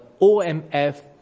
OMF